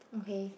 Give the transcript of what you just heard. okay